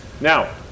Now